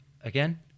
again